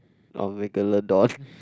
I'll make a